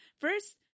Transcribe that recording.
first